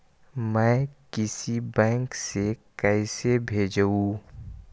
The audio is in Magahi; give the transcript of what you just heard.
मैं किसी बैंक से कैसे भेजेऊ